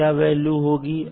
की क्या वैल्यू होगी